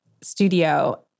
studio